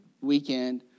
weekend